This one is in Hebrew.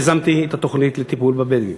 אני יזמתי את התוכנית לטיפול בבדואים.